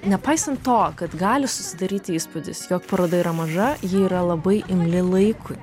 nepaisant to kad gali susidaryti įspūdis jog paroda yra maža ji yra labai imli laikui